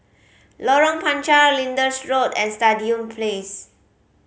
Lorong Panchar Lyndhurst Road and Stadium Place